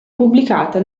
pubblicata